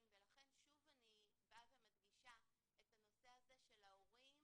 ולכן אני מדגישה את הנושא הזה של ההורים